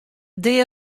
dea